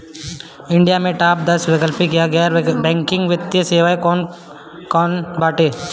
India में top दस वैकल्पिक या गैर बैंकिंग वित्तीय सेवाएं कौन कोन बाटे?